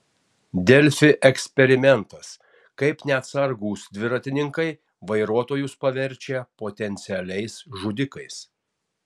delfi eksperimentas kaip neatsargūs dviratininkai vairuotojus paverčia potencialiais žudikais